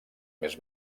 més